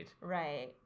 Right